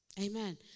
Amen